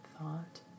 thought